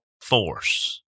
force